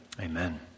Amen